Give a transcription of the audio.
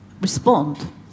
respond